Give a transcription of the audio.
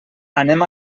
anem